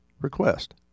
request